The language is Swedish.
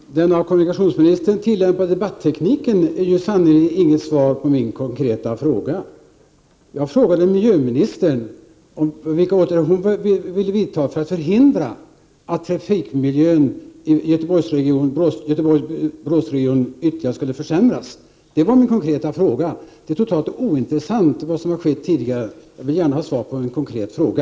Herr talman! Den av kommunikationsministern tillämpade debattekniken ger sannerligen inget svar på min konkreta fråga. Jag frågade miljöministern vilka åtgärder hon ville vidta för att förhindra att trafikmiljön i Göteborg Borås-regionen ytterligare försämras. Det var min konkreta fråga. Vad som har skett tidigare är totalt ointressant — jag vill ha svar på min konkreta fråga.